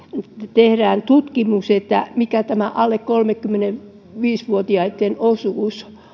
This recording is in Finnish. tehdään tutkimus mikä tämä alle kolmekymmentäviisi vuotiaitten osuus